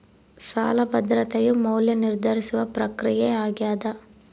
ಸಾಲ ಭದ್ರತೆಯ ಮೌಲ್ಯ ನಿರ್ಧರಿಸುವ ಪ್ರಕ್ರಿಯೆ ಆಗ್ಯಾದ